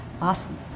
Awesome